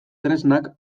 tresnak